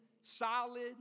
solid